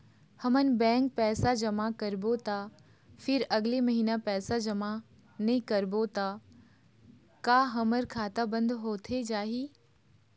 हमन बैंक पैसा जमा करबो ता फिर अगले महीना पैसा जमा नई करबो ता का हमर खाता बंद होथे जाही?